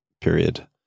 period